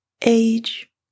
Age